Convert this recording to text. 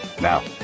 Now